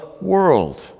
world